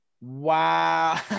wow